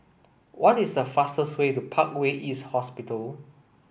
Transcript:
what is a fastest way to Parkway East Hospital